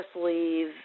leave